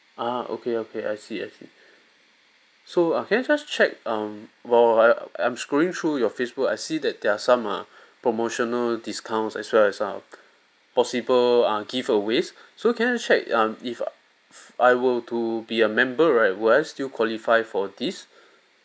ah okay okay I see I see so uh can I just check um while I I'm scrolling through your facebook I see that there are some err promotional discounts as well as a possible uh giveaways so can I check um if I were to be a member right would I still qualify for this